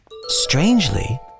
Strangely